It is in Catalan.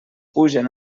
pugen